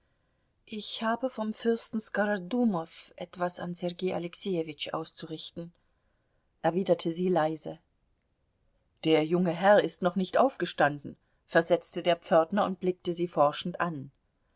ich habe vom fürsten skorodumow etwas an sergei alexejewitsch auszurichten erwiderte sie leise der junge herr ist noch nicht aufgestanden versetzte der pförtner und blickte sie forschend an